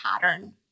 pattern